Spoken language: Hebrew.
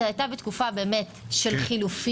זה היה בתקופת חילופים.